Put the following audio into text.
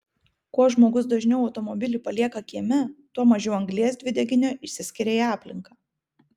kuo žmogus dažniau automobilį palieka kieme tuo mažiau anglies dvideginio išsiskiria į aplinką